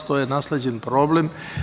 To je nasleđen problem.